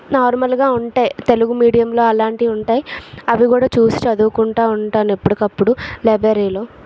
నార్మల్గా ఉంటాయి తెలుగు మీడియంలో అలాంటివి ఉంటాయి అవి కూడా చూసి చదువుకుంటా ఉంటాను ఎప్పటికప్పుడు లైబ్రరీలో